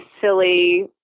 silly